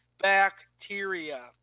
bacteria